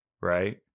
right